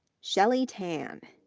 shelly tan,